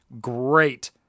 Great